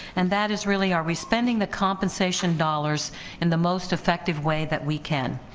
and that is really are we spending the compensation dollars in the most effective way that we can,